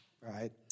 Right